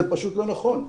זה פשוט לא נכון.